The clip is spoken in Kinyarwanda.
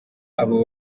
abo